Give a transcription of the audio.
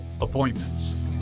appointments